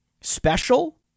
special